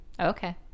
Okay